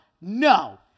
no